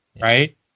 Right